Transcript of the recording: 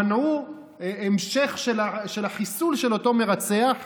מנעו את המשך החיסול של אותו מרצח,